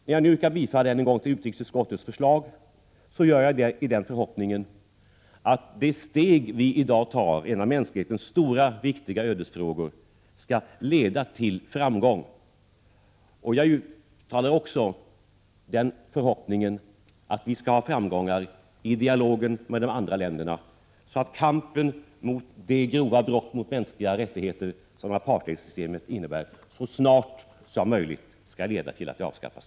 När jag nu än en gång yrkar bifall till utrikesutskottets förslag gör jag det i den förhoppningen att det steg vi i dag tar i en av mänsklighetens stora ödesfrågor skall leda till framgång. Jag uttalar också den förhoppningen att vi skall ha framgångar i dialogen med de andra länderna, så att kampen mot de grova brott mot mänskliga rättigheter som apartheidsystemet innebär leder till att detta system så snart som möjligt avskaffas.